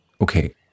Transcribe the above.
Okay